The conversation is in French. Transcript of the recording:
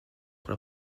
pour